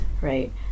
right